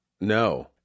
No